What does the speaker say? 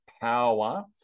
power